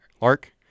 Lark